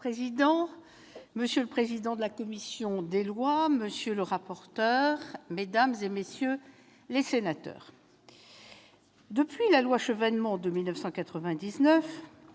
monsieur le président de la commission des lois, monsieur le rapporteur, mesdames, messieurs les sénateurs, depuis la loi Chevènement de 1999